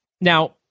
Now